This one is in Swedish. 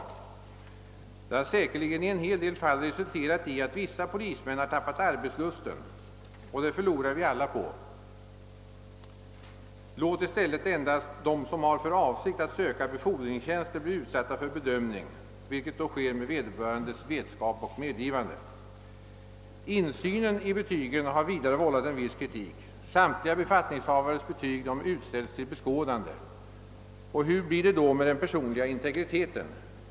Det har säkerligen i en hel del fall resulterat i att somliga polismän tappat arbetslusten, och det förlorar vi alla på. Låt i stället endast de som har för avsikt att söka befordringstjänster bli utsatta för bedömning och då med vederbörandes vetskap och medgivande. Insynen i betygen har vidare vållat en viss kritik. Samtliga befattningshavares betyg utställs till beskådande. Hur blir det då med den personliga integriteten?